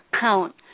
count